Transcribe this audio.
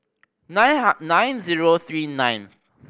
nine nine zero three nine